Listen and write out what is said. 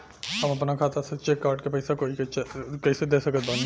हम अपना खाता से चेक काट के पैसा कोई के कैसे दे सकत बानी?